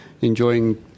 enjoying